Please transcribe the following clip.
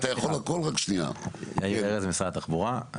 יאיר ארז ממשרד התחבורה.